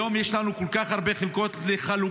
היום יש לנו כל כך הרבה חלקות לחלוקה,